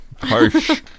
Harsh